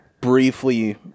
briefly